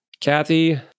Kathy